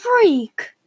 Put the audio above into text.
freak